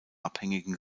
abhängigen